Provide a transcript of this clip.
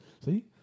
See